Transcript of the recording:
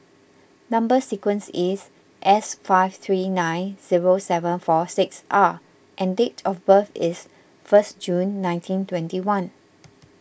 Number Sequence is S five three nine zero seven four six R and date of birth is first June nineteen twenty one